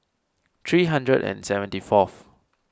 three hundred and seventy fourth